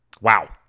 Wow